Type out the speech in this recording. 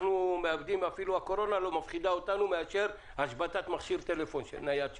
אפילו הקורונה לא מפחידה אותנו כמו השבתת מכשיר נייד שלנו.